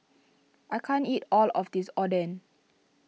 I can't eat all of this Oden